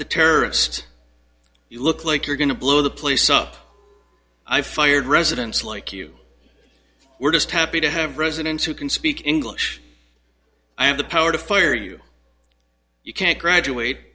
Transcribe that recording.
the terrorist you look like you're going to blow the place up i fired residents like you were just happy to have residents who can speak english i have the power to fire you you can't graduate